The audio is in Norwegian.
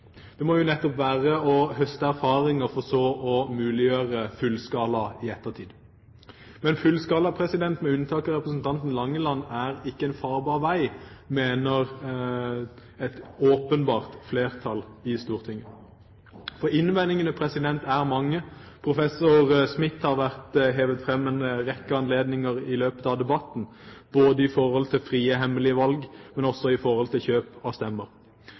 Det må jo nettopp være å høste erfaringer for så å muliggjøre fullskala i ettertid. Men fullskala er ikke en farbar vei, mener et åpenbart flertall i Stortinget, med unntak av representanten Langeland. Innvendingene er mange. Professor Eivind Smith har vært framhevet en rekke ganger i løpet av debatten, både i forhold til frie, hemmelige valg, og i forhold til kjøp av stemmer.